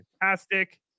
fantastic